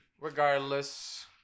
Regardless